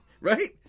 Right